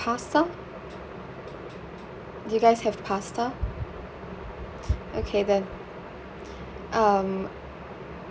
pasta do you guys have pasta okay then um